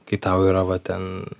kai tau yra va ten